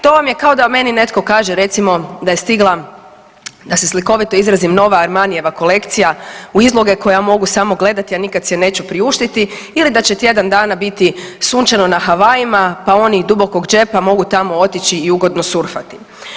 To vam je kao da meni netko kaže recimo da je stigla, da se slikovito izrazim, nova armanijeva kolekcija u izloge koje ja mogu samo gledati, a nikad si je neću priuštiti ili da će tjedan dana biti sunčano na Havajima, pa oni dubokog džepa mogu tamo otići i ugodno surfati.